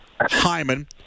Hyman